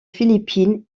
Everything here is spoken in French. philippines